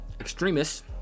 extremists